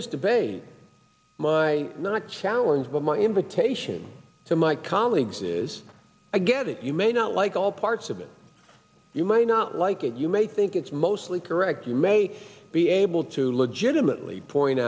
this debate my not challenge but my invitation to my colleagues is i get it you may not like all parts of it you may not like it you may think it's mostly correct you may be able to legitimately point